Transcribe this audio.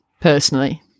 personally